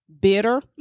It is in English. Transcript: bitter